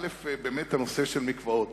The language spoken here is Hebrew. ראשית, נושא המקוואות,